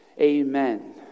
Amen